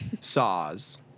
Saws